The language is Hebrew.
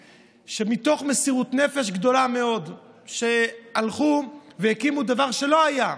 שמתוך מסירות נפש גדולה מאוד הלכו והקימו דבר שלא היה,